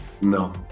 No